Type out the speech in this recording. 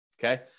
Okay